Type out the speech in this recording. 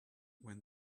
when